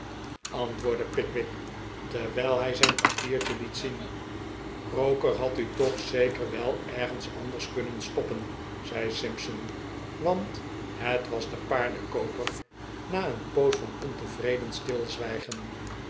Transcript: antwoordde pickwick terwijl hij zijn papiertje liet zien roker had u toch zeker wel ergens anders kunnen stoppen zei simpson want het was de paardenkooper na een poos van ontevreden